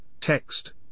text